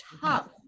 tough